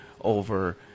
over